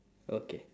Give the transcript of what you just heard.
okay